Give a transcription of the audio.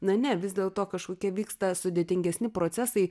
na ne vis dėlto kažkokie vyksta sudėtingesni procesai